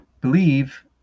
believe